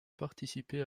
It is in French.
participé